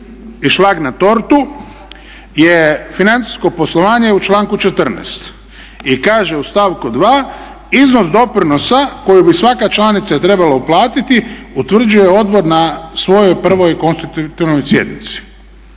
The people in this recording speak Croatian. i šlag na tortu je financijsko poslovanje u članku 14. I kaže u stavku 2. iznos doprinosa koji bi svaka članica trebala uplatiti utvrđuje odbor na svojoj prvoj konstitutivnoj sjednici.